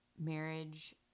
marriage